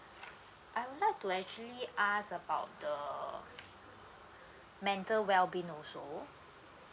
I would like to actually ask about the mental wellbeing also